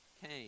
came